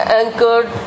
anchored